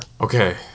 Okay